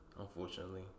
unfortunately